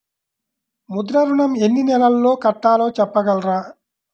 ముద్ర ఋణం ఎన్ని నెలల్లో కట్టలో చెప్పగలరా?